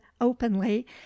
openly